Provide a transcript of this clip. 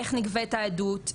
איך נגבית העדות,